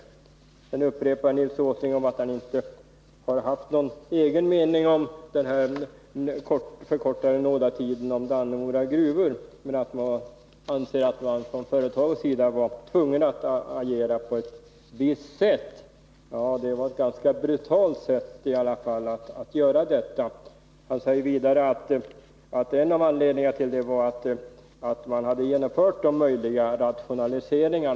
Nils Åsling upprepar att han inte har haft någon egen mening om den förkortade nådatiden för Dannemora gruva. Han anser att man från företagets sida var tvungen att agera på ett visst sätt. Ja, men det var ett Nr 38 ganska brutalt sätt. En av anledningarna till åtgärderna, säger Nils Åsling, Fredagen den var att man redan hade genomfört möjliga rationaliseringar.